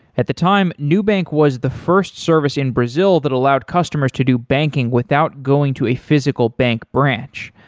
at the time, nubank was the first service in brazil that allowed customers to do banking without going to a physical bank branch.